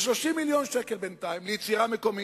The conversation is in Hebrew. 30 מיליון שקל בינתיים, ליצירה מקומית.